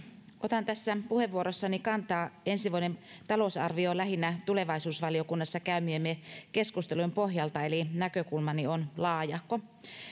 otan tässä puheenvuorossani kantaa ensi vuoden talousarvioon lähinnä tulevaisuusvaliokunnassa käymiemme keskustelujen pohjalta eli näkökulmani on laajahko